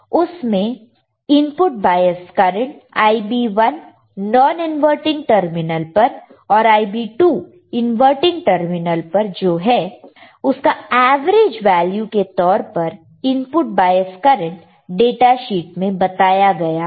उसमें input bias currents Ib1 non inverting terminal पर और Ib2 इनवर्टिंग टर्मिनल पर जो है उसका एवरेज वैल्यू के तौर पर input bias current data sheet में बताया गया है